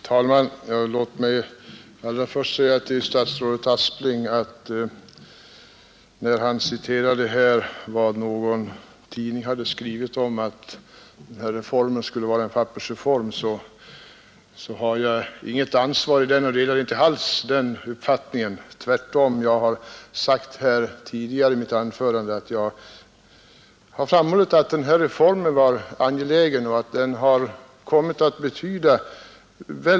Herr talman! Statsrådet Aspling citerade vad någon tidning hade skrivit om att denna reform skulle vara en pappersreform. Låt mig därför genast säga att jag inte delar den uppfattningen. Jag har tvärtom i mitt tidigare anförande framhållit att reformen var angelägen.